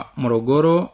morogoro